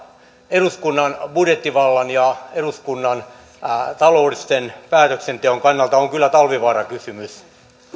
eduskunnan budjettivallan ja eduskunnan taloudellisen päätöksenteon kannalta ehkä suurin on kyllä talvivaara kysymys